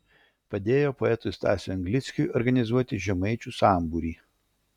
padėjo poetui stasiui anglickiui organizuoti žemaičių sambūrį